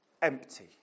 empty